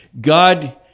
God